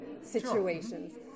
situations